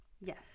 Yes